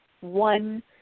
one